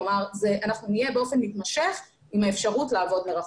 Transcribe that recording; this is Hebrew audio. כלומר אנחנו נהיה באופן מתמשך עם האפשרות לעבוד מרחוק.